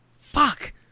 Fuck